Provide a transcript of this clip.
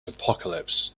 apocalypse